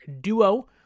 duo